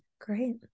Great